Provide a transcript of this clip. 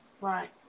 Right